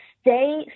stay